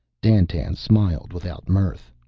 dandtan smiled without mirth.